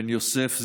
בן יוסף,